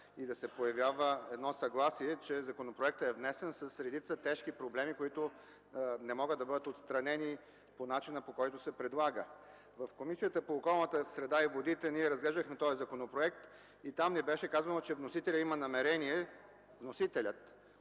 и появява съгласие, че законопроектът е внесен с редица тежки проблеми, които не могат да бъдат отстранени по начина, по който се предлага. В Комисията по околната среда и водите ние разглеждахме този законопроект и там ни беше казано, че вносителят има намерение да предложи